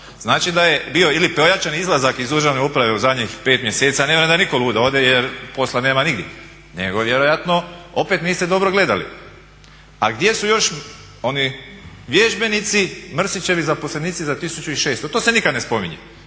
Znači da je bio ili pojačan izlazak iz državne uprave u zadnjih 5 mjeseci, a ne vjerujem da je nitko lud da ode jer posla nema nigdje nego vjerojatno opet niste dobro gledali. A gdje su još oni vježbenici Mrsićevi zaposlenici za 1600, to se nikad ne spominje.